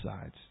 sides